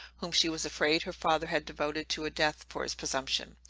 whom she was afraid her father had devoted to death for his presumption,